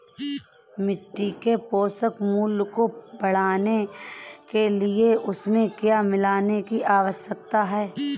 मिट्टी के पोषक मूल्य को बढ़ाने के लिए उसमें क्या मिलाने की आवश्यकता है?